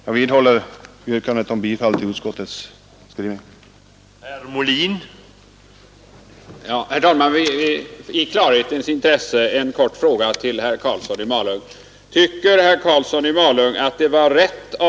Jag vidhåller yrkandet om bifall till utskottets skrivning.